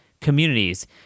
Communities